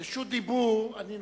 רשות דיבור אני נותן.